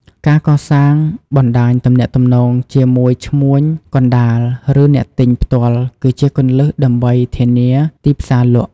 ការកសាងបណ្តាញទំនាក់ទំនងជាមួយឈ្មួញកណ្តាលឬអ្នកទិញផ្ទាល់ គឺជាគន្លឹះដើម្បីធានាទីផ្សារលក់។